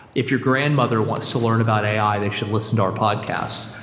if your grandmother wants to learn about ai, they should listen our podcast,